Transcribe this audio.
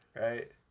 Right